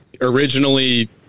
originally